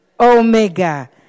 Omega